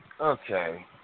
Okay